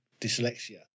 dyslexia